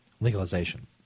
legalization